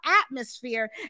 atmosphere